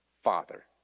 Father